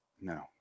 No